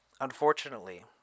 unfortunately